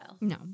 No